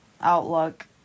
outlook